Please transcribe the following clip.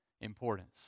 importance